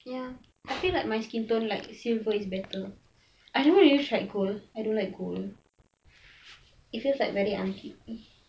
ya I feel like my skin tone like silver is better I don't know if you like gold I don't like gold it feels like very aunty to me